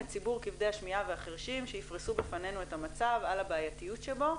את ציבור כבדי השמיעה והחרשים שיפרסו בפנינו את המצב על הבעייתיות שבו,